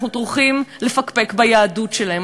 אנחנו טורחים לפקפק ביהדות שלהם,